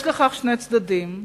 יש לכך שני צדדים: